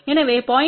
எனவே 0